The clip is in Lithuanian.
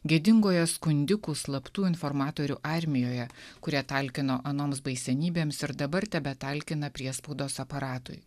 gėdingoje skundikų slaptų informatorių armijoje kurie talkino anoms baisenybėms ir dabar tebetalkina priespaudos aparatui